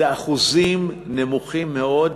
אחוזים נמוכים מאוד,